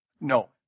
No